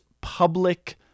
public